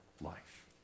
life